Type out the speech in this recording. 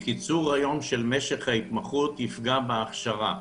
קיצור היום של משך ההתמחות יפגע בהכשרה.